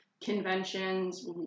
conventions